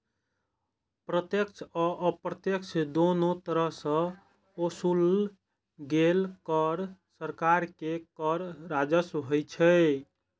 प्रत्यक्ष आ अप्रत्यक्ष, दुनू तरह सं ओसूलल गेल कर सरकार के कर राजस्व होइ छै